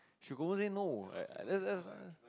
she confirm say no that's that's